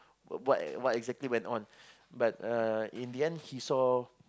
what what exactly went on but uh in the end he saw